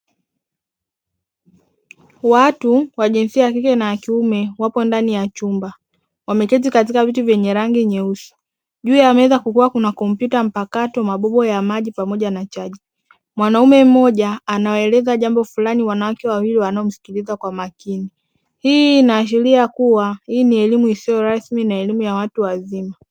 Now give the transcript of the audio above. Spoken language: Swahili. Watu wa jinsia ya kike na kiume wapo ndani ya chumba wameketi katika viti vyenye rangi nyeusi juu ya meza kukiwa na kompyuta mpakato mabobo ya maji pamoja na chaji, mwanaume mmoja anawaeleza jambo fulani wanawake wawili wanao msikiliza kwa makini, hii inaashiria kuwa hii ni elemu isiyo rasmi na ni elimu ya watu wazima.